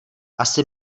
asi